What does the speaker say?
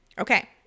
Okay